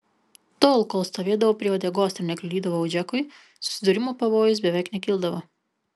tol kol stovėdavau prie uodegos ir nekliudydavau džekui susidūrimo pavojus beveik nekildavo